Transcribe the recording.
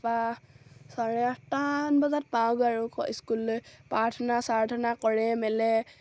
বা চাৰে আঠটামান বজাত পাওঁগৈ আৰু স্কুললৈ প্ৰাৰ্থনা চাৰ্থনা কৰে মেলে